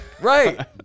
Right